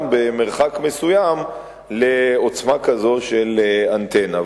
במרחק מסוים לעוצמה כזאת של אנטנה,